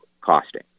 costing